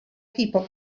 people